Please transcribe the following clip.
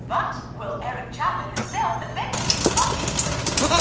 but will eric chapman himself eventually rebut these claims